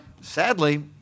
sadly